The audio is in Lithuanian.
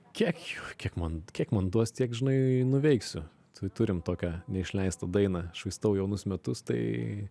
kiek jų kiek man kiek man duos tiek žinai nuveiksiu tai turim tokią neišleistą dainą švaistau jaunus metus tai